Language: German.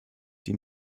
die